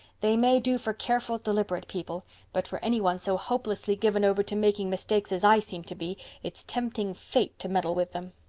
they may do for careful, deliberate people but for anyone so hopelessly given over to making mistakes as i seem to be it's tempting fate to meddle with them.